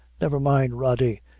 never mind, rody,